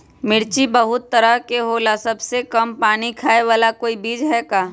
मिर्ची बहुत तरह के होला सबसे कम पानी खाए वाला कोई बीज है का?